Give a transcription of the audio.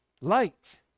light